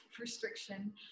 restriction